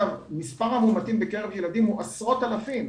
מספר המאומתים בקרב ילדים הוא עשרות אלפים,